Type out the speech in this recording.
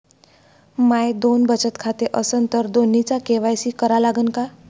माये दोन बचत खाते असन तर दोन्हीचा के.वाय.सी करा लागन का?